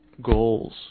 goals